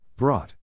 Brought